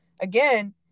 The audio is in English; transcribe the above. again